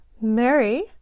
Mary